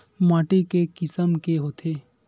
माटी के किसम के होथे?